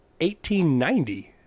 1890